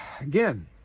again